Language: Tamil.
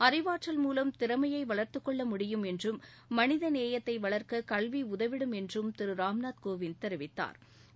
அறிவாற்றல் மூலம் திறமையை வளர்த்து கொள்ள முடியும் என்றும் மனித நேயத்தை வளா்க்க கல்வி உதவிடும் என்றும் திரு ராம்நாத் கோவிந்த் தெரிவித்தாா்